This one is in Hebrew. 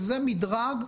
מדרג א'